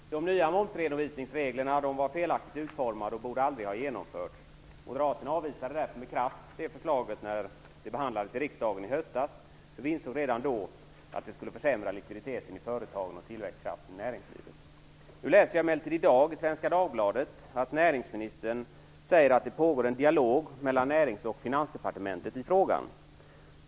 Fru talman! De nya momsredovisningsreglerna var felaktigt utformade och borde aldrig ha genomförts. Moderaterna avvisade därför med kraft detta förslag när det behandlades i riksdagen i höstas. Vi insåg redan då att det skulle försämra likviditeten i företagen och tillväxtkraften i näringslivet. I dag läste jag emellertid i Svenska Dagbladet att näringsministern säger att det pågår en dialog mellan Närings och Finansdepartementet i frågan.